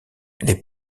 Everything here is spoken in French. les